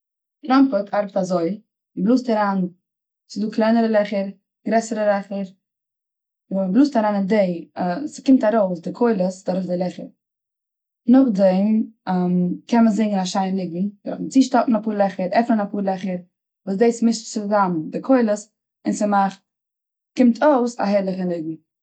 טראמפעט ארבעט אזוי מ'בלאזט אריין ס'איז דא קלענערע לעכער, גרעסער לעכער. און ווען מ'בלאזט אריין און די, ס'קומט ארויס די קולות דורך די לעכער. נאכדעם קען מען זינגען א שיינע ניגון דורכן צושטאפן אפאר לעכער, עפענען אפאר לעכער, וואס דאס מישט צוזאם די קולות און ס'מאכט, קומט אויס א הערליכע ניגון.